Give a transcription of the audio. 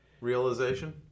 Realization